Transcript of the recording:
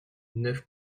neuf